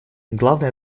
главная